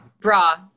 bra